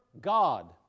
God